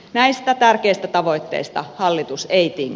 näistä tärkeistä tavoitteista hallitus ei tingi